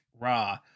Raw